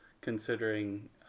considering